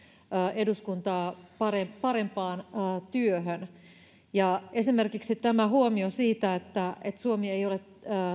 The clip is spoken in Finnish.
eduskuntaa parempaan parempaan työhön esimerkiksi huomio siitä että että suomi ei ole